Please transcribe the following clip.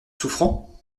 souffrant